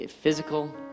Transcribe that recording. physical